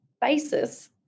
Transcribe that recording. basis